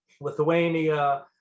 Lithuania